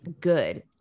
good